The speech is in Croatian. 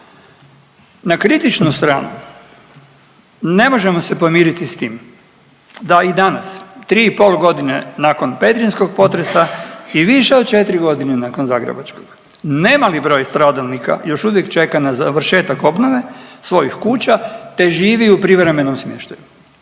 Na kritičnu stranu ne možemo se pomiriti s tim da i danas 3,5 godine nakon petrinjskog potresa i više od 4 godine nakon zagrebačkog, nemali broj stradalnika još uvijek čeka na završetak obnove svojih kuća te živi u privremenom smještaju.